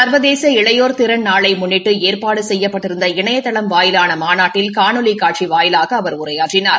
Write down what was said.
கள்வதேச இளையோர் திறன் நாளை முன்னிட்டு ஏற்பாடு செய்யப்பட்டிருந்த இணையதளம் வாயிலான மாநாட்டில் காணொலி காட்சி வாயிலாக அவர் உரையாற்றினார்